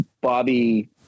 Bobby